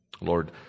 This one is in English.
Lord